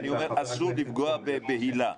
אסור לפגוע בהיל"ה.